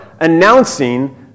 announcing